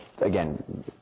again